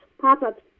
pop-ups